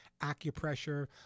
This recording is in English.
acupressure